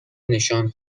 نشان